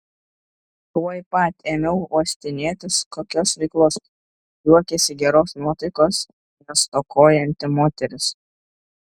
tuoj pat ėmiau uostinėtis kokios veiklos juokėsi geros nuotaikos nestokojanti moteris